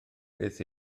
beth